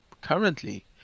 currently